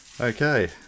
Okay